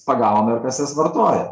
pagauna ir kas jas vartoja